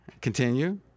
Continue